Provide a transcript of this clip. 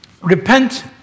Repent